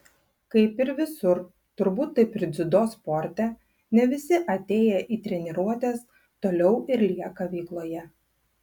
kaip ir visur turbūt taip ir dziudo sporte ne visi atėję į treniruotes toliau ir lieka veikloje